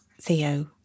Theo